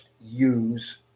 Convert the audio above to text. use